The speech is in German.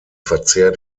verzehr